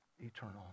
eternal